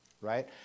Right